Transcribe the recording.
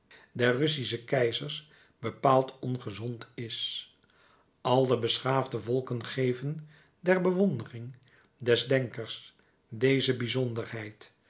der russische keizers bepaald ongezond is al de beschaafde volken geven der bewondering des denkers deze bijzonderheid